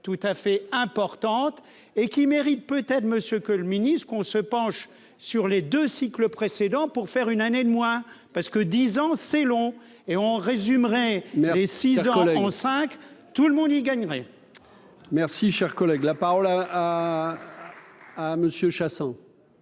tout à fait importante et qui mérite peut être monsieur que le ministre-qu'on se penche sur les 2 cycles précédents, pour faire une année de moins, parce que 10 ans c'est long et on résumerait des 6 cinq tout le monde y gagnerait. Merci, cher collègue, la parole. Ah, ah Monsieur Chassang.